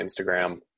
Instagram